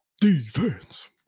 Defense